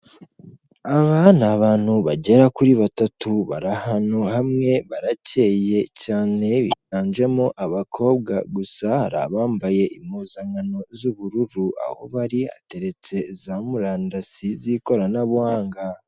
Aba ni abantu bagera kuri batatu bari ahantu hamwe baracyeye cyane, biganjemo abakobwa gusa hari abambaye impuzankano z'ubururu, aho bari hateretse za murandasi z'ikoranabuhanga.